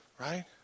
Right